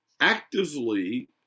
actively